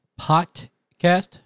Podcast